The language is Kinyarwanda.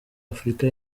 afurika